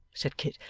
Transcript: said kit.